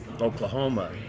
Oklahoma